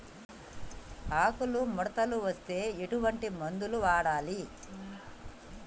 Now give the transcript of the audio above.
ఆకులు ముడతలు వస్తే ఎటువంటి మందులు వాడాలి?